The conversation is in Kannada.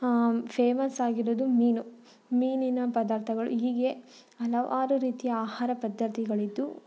ಫೇಮಸ್ ಆಗಿರೋದು ಮೀನು ಮೀನಿನ ಪದಾರ್ಥಗಳು ಹೀಗೆ ಹಲವಾರು ರೀತಿಯ ಆಹಾರ ಪದ್ಧತಿಗಳಿದ್ದು